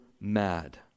mad